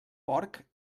porc